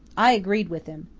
i agreed with him.